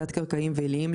תת־קרקעיים ועיליים,